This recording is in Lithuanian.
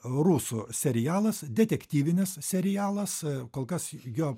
rusų serialas detektyvinis serialas kol kas jo